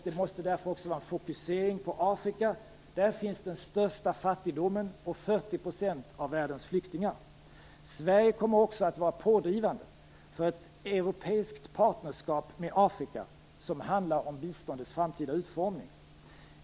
Det måste därför ske en fokusering på Afrika. Där finns den största fattigdomen och 40 % av världens flyktingar. Sverige kommer också att vara pådrivande för ett europeiskt partnerskap med Afrika, som handlar om biståndets framtida utformning.